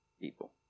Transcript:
people